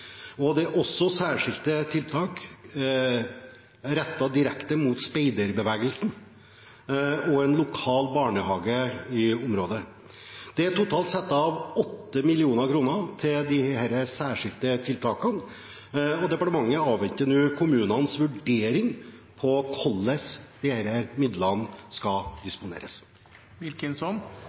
Det er også særskilte tiltak rettet direkte mot speiderbevegelsen og en lokal barnehage i området. Det er totalt satt av 8 mill. kr til disse særskilte tiltakene, og departementet avventer nå kommunenes vurdering av hvordan disse midlene skal